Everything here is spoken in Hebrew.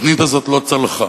התוכנית הזאת לא צלחה.